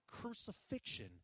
crucifixion